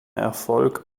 erfolg